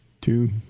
Two